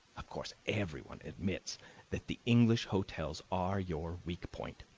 of course everyone admits that the english hotels are your weak point.